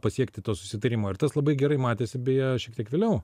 pasiekti to susitarimo ir tas labai gerai matėsi beje šiek tiek vėliau